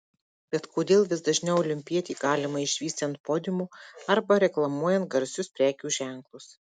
bet kodėl vis dažniau olimpietį galima išvysti ant podiumo arba reklamuojant garsius prekių ženklus